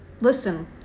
listen